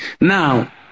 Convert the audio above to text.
Now